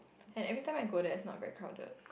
and everytime I go there it's not very crowded